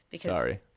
Sorry